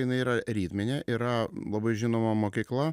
jinai yra ritminė yra labai žinoma mokykla